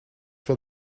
for